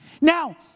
Now